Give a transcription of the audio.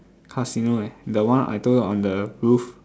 casino eh the one I told you on the roof